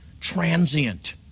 transient